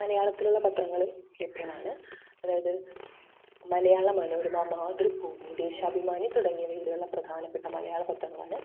മലയാളത്തിലുള്ള പത്രങ്ങളും ലഭ്യമാണ് അതായത് മലയാള മനോരമ മാതൃഭൂമി ദേശാഭിമാനി തുടങ്ങിയവയിലുള്ള പ്രധാനപ്പെട്ട മലയാള പത്രങ്ങളാണ്